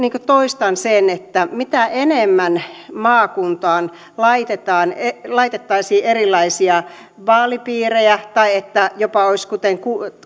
toistan sen että mitä enemmän maakuntaan laitettaisiin erilaisia vaalipiirejä tai jos olisi jopa niin kuten